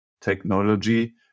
technology